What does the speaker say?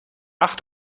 ach